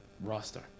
roster